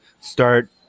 start